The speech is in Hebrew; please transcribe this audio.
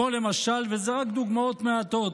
למשל, וזה רק דוגמאות מעטות,